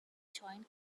joint